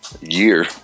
year